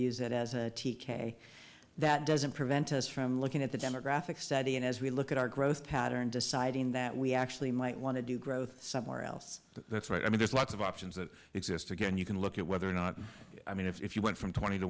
use it as a t k that doesn't prevent us from looking at the demographic study and as we look at our growth pattern deciding that we actually might want to do growth somewhere else that's right i mean there's lots of options that exist again you can look at whether or not i mean if you went from twenty to